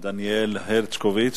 דניאל הרשקוביץ,